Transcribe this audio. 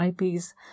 IPs